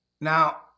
Now